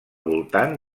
voltant